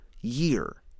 year